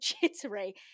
jittery